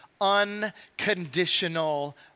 unconditional